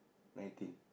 nineteen